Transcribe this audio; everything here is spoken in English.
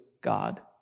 God